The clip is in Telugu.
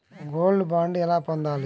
గోల్డ్ బాండ్ ఎలా పొందాలి?